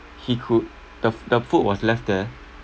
he could the f~ the food was left there